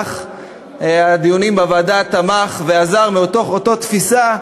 שבדיונים בוועדה תמך ועזר מאותה תפיסה,